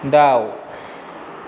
दाउ